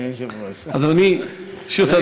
אדוני היושב-ראש.